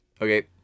Okay